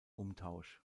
umtausch